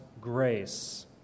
grace